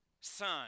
son